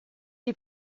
die